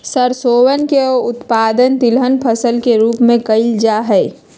सरसोवन के उत्पादन तिलहन फसल के रूप में कइल जाहई